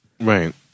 Right